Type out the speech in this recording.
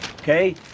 okay